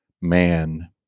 man